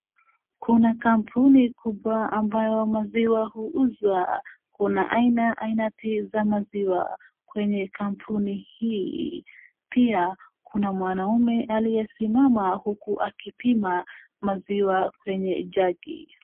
Kuna kampuni kubwa ambayo maziwa huuzwa, kuna aina ainati za maziwa, kwenye kampuni hii. Pia kuna nwanaume aliye simama huku akipima maziwa kwenye jagi.